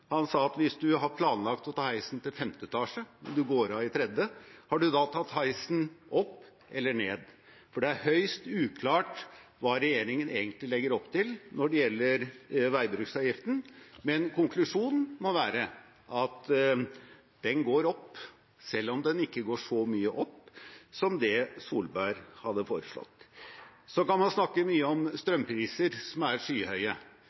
Hvis du har planlagt å ta heisen til femte etasje og du går av i tredje, har du da tatt heisen opp eller ned? For det er høyst uklart hva regjeringen egentlig legger opp til når det gjelder veibruksavgiften, men konklusjonen må være at den går opp selv om den ikke går så mye opp som det Solberg-regjeringen hadde foreslått. Så kan man snakke mye om strømpriser som er skyhøye,